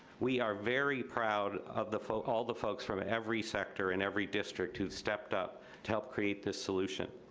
we are very proud of the folk, all the folks, from every sector in every district who stepped up to help create this solution.